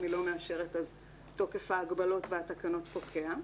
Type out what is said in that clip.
אם היא לא מאשרת אז תוקף ההגבלות והתקנות פוקע.